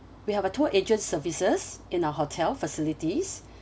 we have a tour agent services in our hotel facilities